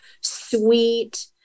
sweet